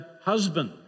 husband